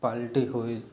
পাল্টি হয়ে